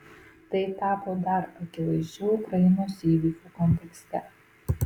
tai tapo dar akivaizdžiau ukrainos įvykių kontekste